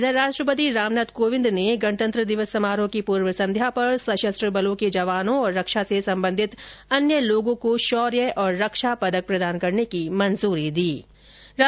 इधर राष्ट्रपति रामनाथ कोविंद ने गणतंत्र दिवस समारोह की पूर्व संध्या पर सशस्त्र बलों के जवानों और रक्षा से संबंधित अन्य लोगों को शौर्य और रक्षा पदक प्रदान करने को मंजूरी दे दी है